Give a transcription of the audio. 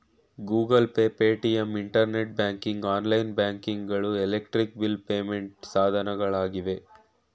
Google pay, Paytm, internet banking, online banking ಗಳು electric bill payment ಸಾಧನಗಳಾಗಿವೆ